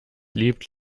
liebt